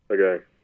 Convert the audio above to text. Okay